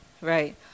right